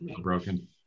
broken